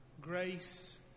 grace